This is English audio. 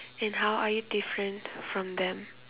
and how are you different from them